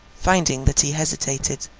finding that he hesitated,